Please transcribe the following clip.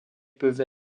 peuvent